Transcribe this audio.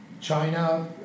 china